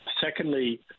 Secondly